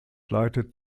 leitet